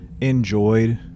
enjoyed